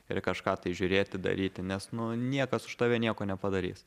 ir kažką tai žiūrėti daryti nes nu niekas už tave nieko nepadarys